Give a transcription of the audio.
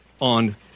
on